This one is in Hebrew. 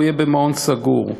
יהיה במעון סגור.